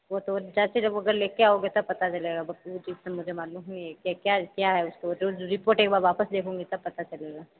वो तो जैसे जब अगर लेके आओगे तब पता चलेगा बट वो जिससे मुझे मालूम नहीं है क्या क्या क्या है उसको जो रिपोर्ट एक बार वापस देखूँगी तब पता चलेगा